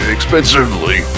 Expensively